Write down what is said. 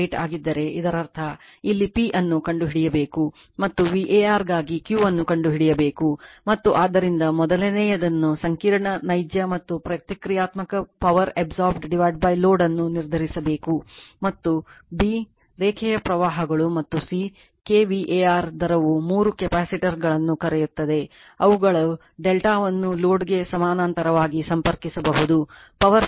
8 ಆಗಿದ್ದರೆ ಇದರರ್ಥ ಇಲ್ಲಿ P ಅನ್ನು ಕಂಡುಹಿಡಿಯಬೇಕು ಮತ್ತು VA r ಗಾಗಿ Q ಅನ್ನು ಕಂಡುಹಿಡಿಯಬೇಕು ಮತ್ತು ಆದ್ದರಿಂದ ಮೊದಲನೆಯದನ್ನು ಸಂಕೀರ್ಣ ನೈಜ ಮತ್ತು ಪ್ರತಿಕ್ರಿಯಾತ್ಮಕ power absorbed load ಅನ್ನು ನಿರ್ಧರಿಸಬೇಕು ಮತ್ತು b ರೇಖೆಯ ಪ್ರವಾಹಗಳು ಮತ್ತು ಸಿ kVAr ದರವು ಮೂರು ಕೆಪಾಸಿಟರ್ಗಳನ್ನು ಕರೆಯುತ್ತದೆ ಅವುಗಳು ಡೆಲ್ಟಾವನ್ನು ಲೋಡ್ಗೆ ಸಮಾನಾಂತರವಾಗಿ ಸಂಪರ್ಕಿಸಬಹುದು power factor ನ್ನು 0